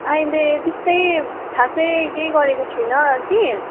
अहिले त्यस्तो खास केही गरेको छुइनँ कि